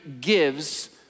gives